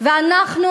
ואנחנו